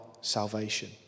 salvation